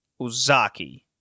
Uzaki